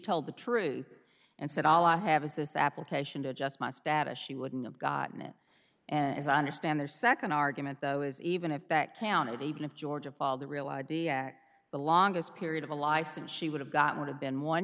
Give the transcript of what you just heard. told the truth and said all i have is this application to adjust my status she wouldn't have gotten it and as i understand their second argument though is even if that counted even of georgia paul the real id the longest period of a license she would have gotten would have been one